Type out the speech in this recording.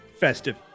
festive